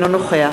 נוכח